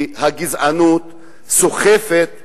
כי הגזענות סוחפת,